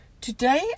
Today